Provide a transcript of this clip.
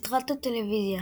סדרת הטלוויזיה